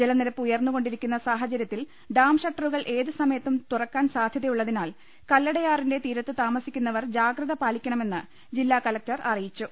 ജലനിരപ്പ് ഉയർന്നു കൊണ്ടിരിക്കുന്ന സാഹചര്യത്തിൽ ഡാം ഷട്ടറുകൾ ഏത് സമയത്തും തുറക്കാൻ സാധ്യതയുളളതിനാൽ കല്ലടയാറിന്റെ തീരത്ത് താമസിക്കുന്നവർ ജാഗ്രത പാലിക്കണമെന്ന് ജില്ലാ കലക്ടർ അറിയിച്ചു